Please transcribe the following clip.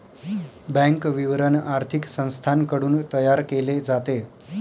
bank विवरण आर्थिक संस्थांकडून तयार केले जाते